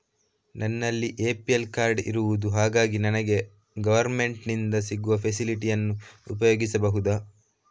ನನ್ನಲ್ಲಿ APL card ಇರುದು ಹಾಗಾಗಿ ನನಗೆ ಗವರ್ನಮೆಂಟ್ ಇಂದ ಸಿಗುವ ಫೆಸಿಲಿಟಿ ಅನ್ನು ಉಪಯೋಗಿಸಬಹುದಾ?